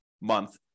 month